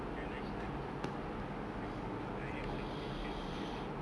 their lifestyle is already like uh I have high pay kind of hype lifestyle